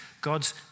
God's